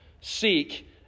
seek